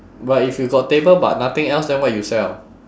but if you got table but nothing else then what you sell